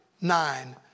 nine